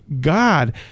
God